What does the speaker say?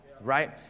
right